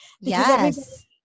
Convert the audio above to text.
Yes